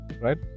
right